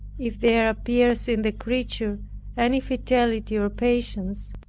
if there appears in the creature any fidelity or patience,